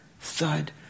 thud